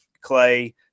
Clay